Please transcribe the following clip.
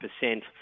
percent